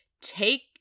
take